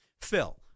Phil